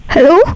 Hello